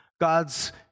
God's